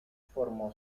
formó